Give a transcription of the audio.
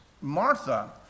Martha